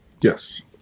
Yes